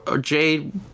Jade